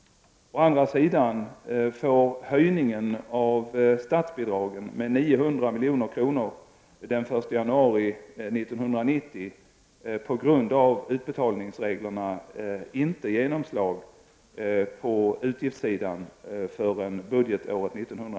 Å andra sidan får höjningen av statsbidragen med 900 milj.kr. den 1 januari 1990 på grund av utbetalningsreglerna inte genomslag på utgiftssidan förrän budgetåret 1990/91.